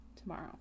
Tomorrow